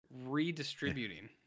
Redistributing